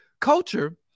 Culture